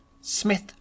Smith